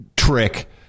trick